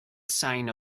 sign